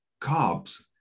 carbs